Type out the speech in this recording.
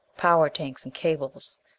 power tanks and cables.